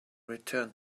return